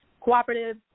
cooperative